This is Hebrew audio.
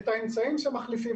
את האמצעים שמחליפים